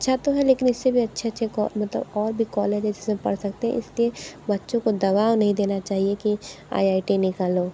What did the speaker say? अच्छा तो है लेकिन इस से भी अच्छे अच्छे को मतलब और भी कॉलेज है जिस में पढ़ सकते हैं इस लिए बच्चों को दबाव नहीं देना चाहिए कि आई आई टी निकालो